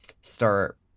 start